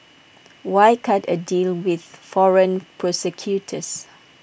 why cut A deal with foreign prosecutors